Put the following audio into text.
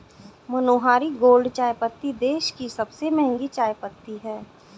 मनोहारी gold चायपत्ती देश की सबसे महंगी चायपत्ती है